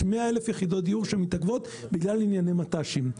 יש 100,000 יחידות דיור שמתעכבות בגלל ענייני מט"שים.